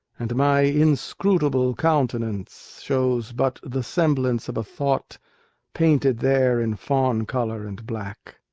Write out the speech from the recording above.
and my inscrutable countenance shows but the semblance of a thought painted there in fawn color and black.